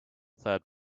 third